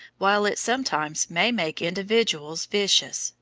while it sometimes may make individuals vicious,